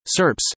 SERPs